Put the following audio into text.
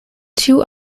two